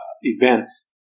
events